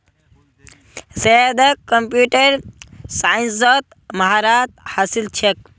सैयदक कंप्यूटर साइंसत महारत हासिल छेक